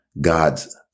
God's